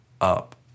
up